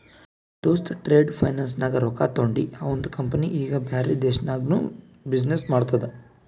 ನಮ್ ದೋಸ್ತ trade finance ನಾಗ್ ರೊಕ್ಕಾ ತೊಂಡಿ ಅವಂದ ಕಂಪನಿ ಈಗ ಬ್ಯಾರೆ ದೇಶನಾಗ್ನು ಬಿಸಿನ್ನೆಸ್ ಮಾಡ್ತುದ